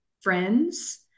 friends